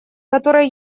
которые